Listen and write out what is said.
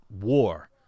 war